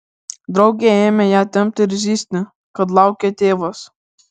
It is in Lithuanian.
draugė ėmė ją tempti ir zyzti kad laukia tėvas